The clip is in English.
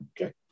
Okay